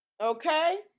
okay